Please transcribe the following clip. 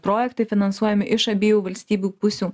projektai finansuojami iš abiejų valstybių pusių